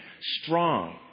strong